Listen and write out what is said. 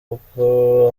kuko